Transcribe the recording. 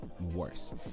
worse